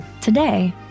Today